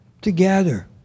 together